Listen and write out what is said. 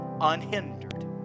unhindered